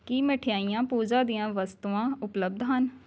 ਕੀ ਮਿਠਾਈਆਂ ਪੂਜਾ ਦੀਆਂ ਵਸਤੂਆਂ ਉਪਲੱਬਧ ਹਨ